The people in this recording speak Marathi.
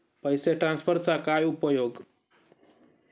पैसे ट्रान्सफरचा काय उपयोग?